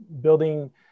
building